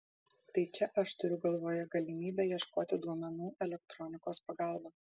tai čia aš turiu galvoje galimybę ieškoti duomenų elektronikos pagalba